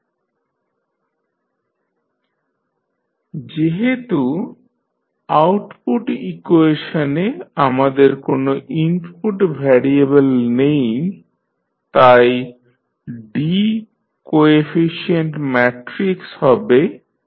dx1dt dx2dt dx3dt 0 1 0 0 4 3 1 1 2 x1 x2 x3 0 0 1 0 0 1 u1 u2 y1 y2 1 0 0 0 0 1 x1 x2 x3 Cxt যেহেতু output ইকুয়েশনে আমাদের কোনো input variable নেই তাই D কোএফিশিয়েন্ট ম্যাট্রিক্স হবে 0